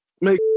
make